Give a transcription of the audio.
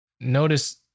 Notice